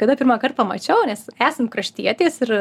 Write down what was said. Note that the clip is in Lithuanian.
kada pirmąkart pamačiau nes esam kraštietės ir